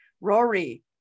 Rory